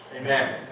Amen